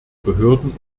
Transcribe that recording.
behörden